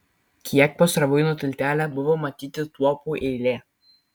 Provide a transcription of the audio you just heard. kiek pasroviui nuo tiltelio buvo matyti tuopų eilė